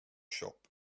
shop